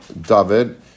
David